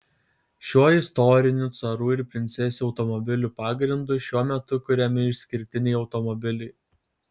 šiuo istoriniu carų ir princesių automobilių pagrindu šiuo metu kuriami išskirtiniai automobiliai